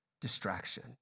distraction